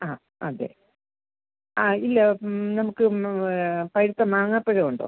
ആ അതെ ആ ഇല്ല നമുക്ക് പഴുത്ത മാങ്ങാപ്പഴം ഉണ്ടോ